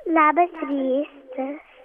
labas rytas